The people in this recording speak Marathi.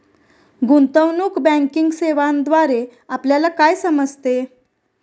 गुंतवणूक बँकिंग सेवांद्वारे आपल्याला काय समजते?